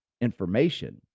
information